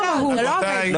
זה לא למהות.